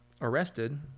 arrested